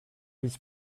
his